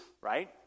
right